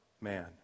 man